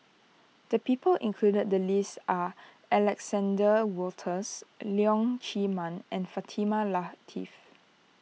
the people included the list are Alexander Wolters Leong Chee Mun and Fatimah Lateef